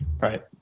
right